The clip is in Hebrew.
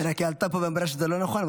היא עלתה לפה ואמרה שזה לא נכון.